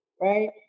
right